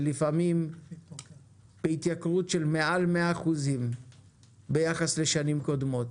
ולפעמים התייקרות של יותר מ-100% ביחס לשנים קודמות.